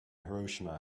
hiroshima